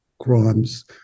crimes